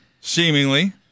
Seemingly